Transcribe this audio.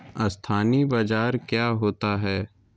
अस्थानी बाजार क्या होता है?